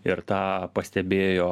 ir tą pastebėjo